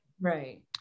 right